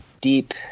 deep